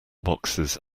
boxes